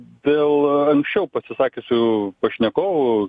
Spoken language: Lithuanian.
dėl anksčiau pasisakiusių pašnekovų